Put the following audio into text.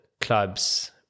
clubs